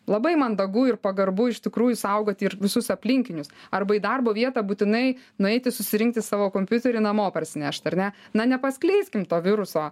labai mandagu ir pagarbu iš tikrųjų saugoti ir visus aplinkinius arba į darbo vietą būtinai nueiti susirinkti savo kompiuterį namo parsinešt ar ne na nepaskleiskim to viruso